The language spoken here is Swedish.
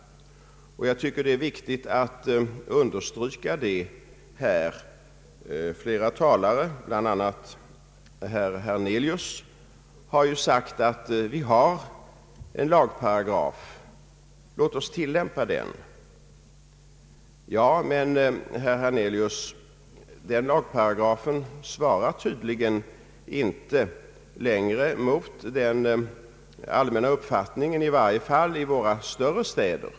Jag tycker att det är viktigt att understryka detta här. Flera talare, bl.a. herr Hernelius, har ju sagt att vi har en paragraf och låt oss tillämpa den. Men, herr Hernelius, den lagparagrafen svarar tydligen inte längre mot den allmänna uppfattningen, i varje fall inte i våra större städer.